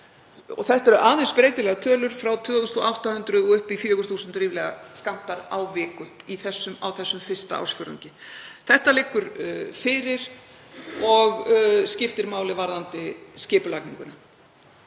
Þetta eru aðeins breytilegar tölur; frá 2.800 og upp í ríflega 4.000 skammta á viku á fyrsta ársfjórðungi. Þetta liggur fyrir og skiptir máli varðandi skipulagninguna.